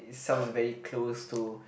sounds very close to